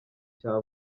cya